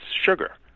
sugar